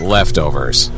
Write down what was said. Leftovers